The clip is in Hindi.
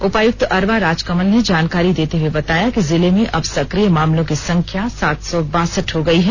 उपायुक्त अरवा राजकमल ने जानकारी देते हुए बताया कि जिले में अब सक्रिय मामलों की संख्या सात सौ बासठ हो गई है